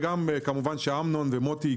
כמובן שאמנון ומוטי,